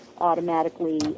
automatically